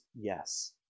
yes